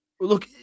look